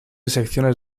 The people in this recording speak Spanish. secciones